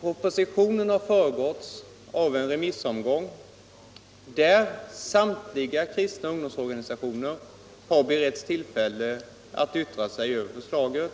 Propositionen har föregåtts av ett omfattande remissförfarande där samtliga kristna ungdomsorganisationer har beretts tillfälle att yttra sig över förslaget.